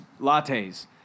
lattes